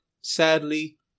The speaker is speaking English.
sadly